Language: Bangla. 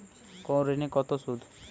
কোন ঋণে কত সুদ?